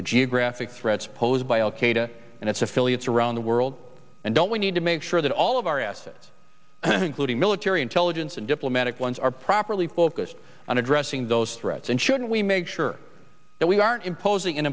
the geographic threats posed by al qaeda and its affiliates around the world and don't we need to make sure that all of our assets including military intelligence and diplomatic ones are properly focused on addressing those threats and should we make sure that we aren't imposing an